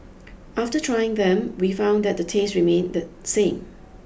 after trying them we found that the taste remained the same